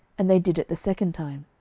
and they did it the second time.